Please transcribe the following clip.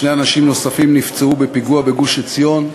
שני אנשים נוספים נפצעו בפיגוע בגוש-עציון,